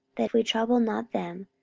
that we trouble not them,